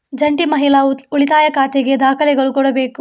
ಜಂಟಿ ಮಹಿಳಾ ಉಳಿತಾಯ ಖಾತೆಗಾಗಿ ದಾಖಲೆಗಳು ಕೊಡಬೇಕು